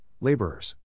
laborers